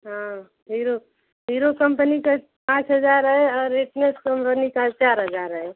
हाँ Hero Hero company का पाँच हज़ार है और एटनस कम्पनी का चार हज़ार है